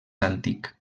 antic